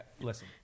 listen